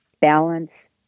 balance